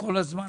כל הזמן.